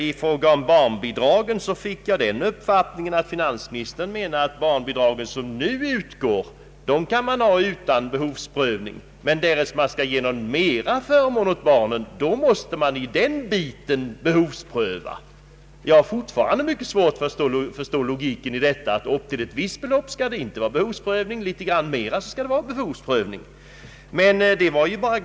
I fråga om barnbidragen fick jag den uppfattningen att finansministern menar att nu utgående barnbidrag inte skall behovsprövas. Men om man vill ge flera förmåner till barnfamiljerna, skulle man i den delen behovspröva. Jag har fortfarande mycket svårt att förstå logiken i detta. Upp till ett visst belopp fordras ingen behovsprövning, men skall det vara litet mera måste man behovspröva.